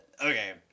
okay